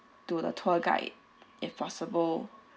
to the tour guide if possible